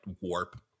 warp